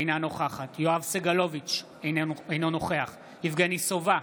אינה נוכחת יואב סגלוביץ' אינו נוכח יבגני סובה,